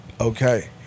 okay